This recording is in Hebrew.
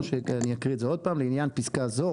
או שאני אקריא את זה עוד פעם " לעניין פסקה זו,